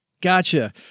Gotcha